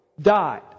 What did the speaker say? died